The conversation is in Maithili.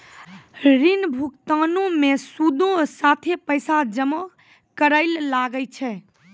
ऋण भुगतानो मे सूदो साथे पैसो जमा करै ल लागै छै